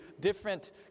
different